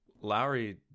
Lowry